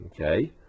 okay